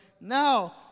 now